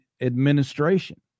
administration